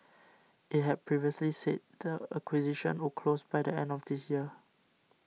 it had previously said the acquisition would close by the end of this year